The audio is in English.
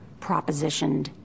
propositioned